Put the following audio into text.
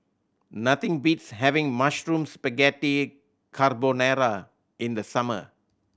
nothing beats having Mushroom Spaghetti Carbonara in the summer